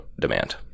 demand